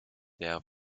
der